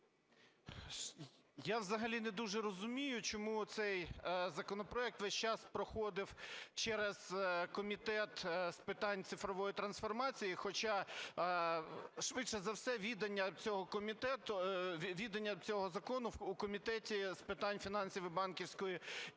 Я взагалі не дуже розумію, чому оцей законопроект весь час проходив через Комітет з питань цифрової трансформації, хоча, швидше за все, відання цього закону в Комітеті з питань фінансів і банківської діяльності.